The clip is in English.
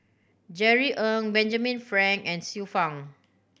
Jerry Ng Benjamin Frank and Xiu Fang